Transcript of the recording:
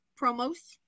promos